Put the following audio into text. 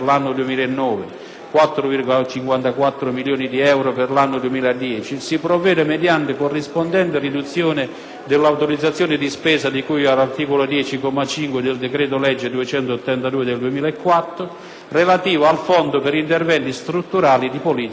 4,54 milioni di euro per l'anno 2010, si provvede mediante corrispondente riduzione dell'autorizzazione di spesa di cui all'articolo 10, comma 5, del decreto-legge n. 282 del 2004, relativa al Fondo per interventi strutturali di politica economica.